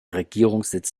regierungssitz